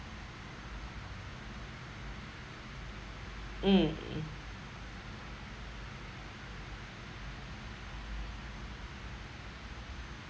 mm